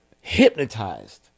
hypnotized